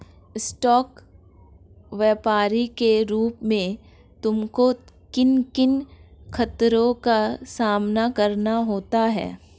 Stock व्यापरी के रूप में तुमको किन किन खतरों का सामना करना होता है?